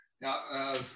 Now